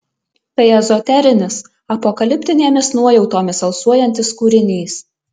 tai ezoterinis apokaliptinėmis nuojautomis alsuojantis kūrinys